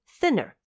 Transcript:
thinner